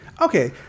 Okay